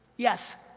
yes!